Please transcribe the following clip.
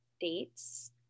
dates